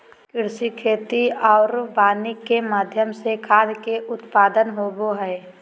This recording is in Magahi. कृषि, खेती आरो वानिकी के माध्यम से खाद्य के उत्पादन होबो हइ